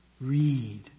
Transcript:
read